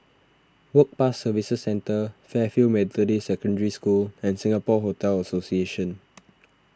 Work Pass Services Centre Fairfield Methodist Secondary School and Singapore Hotel Association